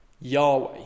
Yahweh